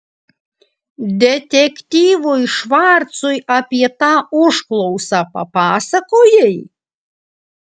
detektyvui švarcui apie tą užklausą papasakojai